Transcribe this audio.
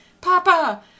Papa